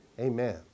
Amen